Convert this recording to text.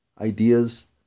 ideas